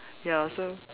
ya so